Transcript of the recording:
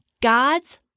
God's